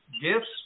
gifts